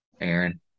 Aaron